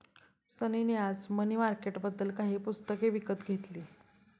सनी ने आज मनी मार्केटबद्दल काही पुस्तके विकत घेतली